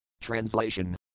Translation